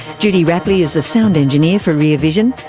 judy rapley is the sound engineer for rear vision.